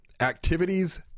activities